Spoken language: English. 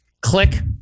click